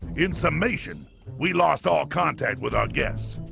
in summation we lost all contact with our guests,